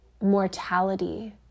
mortality